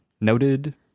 Noted